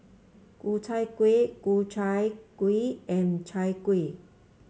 Ku Chai Kuih Ku Chai Kuih and Chai Kuih